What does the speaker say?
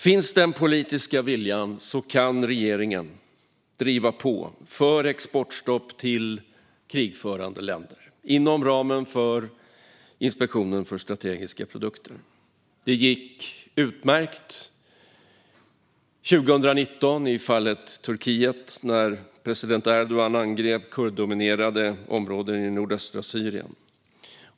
Finns den politiska viljan kan regeringen driva på för exportstopp till krigförande länder inom ramen för Inspektionen för strategiska produkter. Det gick utmärkt 2019 i fallet Turkiet när president Erdogan angrep kurddominerade områden i nordöstra Syrien.